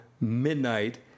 Midnight